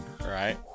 Right